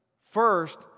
first